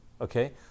Okay